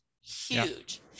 huge